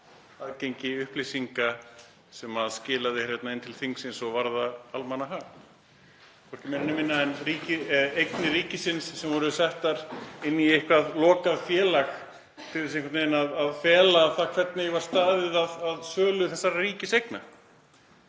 aðgengi að upplýsingum sem skilað er inn til þingsins og varða almannahag. Hvorki meira né minna en eignir ríkisins sem voru settar inn í eitthvert lokað félag til þess einhvern veginn að fela það hvernig var staðið að sölu þessara ríkiseigna.